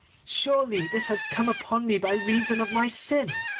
surely this has come upon me by reason of my sin.